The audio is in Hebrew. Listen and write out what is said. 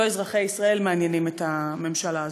לא אזרחי ישראל מעניינים את הממשלה הזאת.